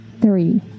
three